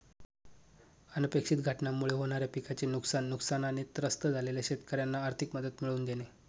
अनपेक्षित घटनांमुळे होणाऱ्या पिकाचे नुकसान, नुकसानाने त्रस्त झालेल्या शेतकऱ्यांना आर्थिक मदत मिळवून देणे